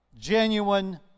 genuine